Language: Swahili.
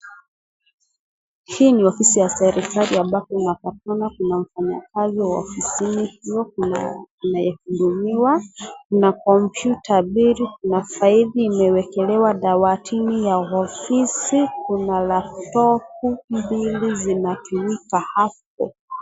Hii ni ofisi ya serikali ambapo kuna wafanyikazi ofisini, kuna mwanye anahudumiwa na kompyuta mbili kuna faili imewekelewa juu ya dawatini ya ofisi, kuna la utohu mbili zinawakilika hapo.